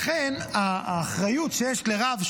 לכן האחריות שיש לרב,